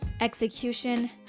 execution